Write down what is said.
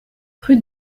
rue